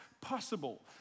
possible